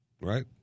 right